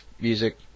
music